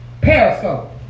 Periscope